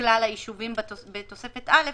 כלל היישובים בתוספת א',